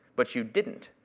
but you didn't.